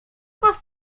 most